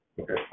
Okay